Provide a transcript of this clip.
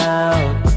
out